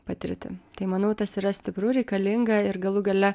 patirti tai manau tas yra stipru reikalinga ir galų gale